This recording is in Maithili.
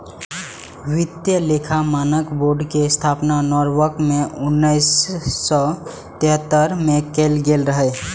वित्तीय लेखा मानक बोर्ड के स्थापना नॉरवॉक मे उन्नैस सय तिहत्तर मे कैल गेल रहै